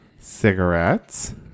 Cigarettes